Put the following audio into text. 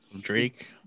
Drake